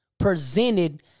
presented